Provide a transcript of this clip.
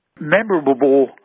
memorable